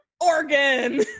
organ